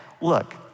Look